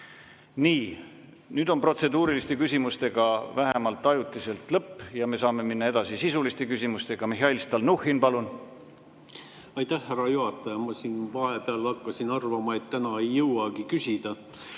Nii. Nüüd on protseduuriliste küsimustega vähemalt ajutiselt lõpp ja me saame minna edasi sisuliste küsimustega. Mihhail Stalnuhhin, palun! Aitäh, härra juhataja! Ma siin vahepeal hakkasin arvama, et täna ei jõuagi küsida.